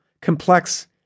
complex